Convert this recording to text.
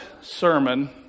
sermon